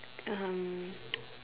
um